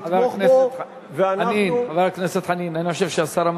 אני אתך, אוקיי, אדוני היושב-ראש,